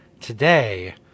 today